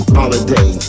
holiday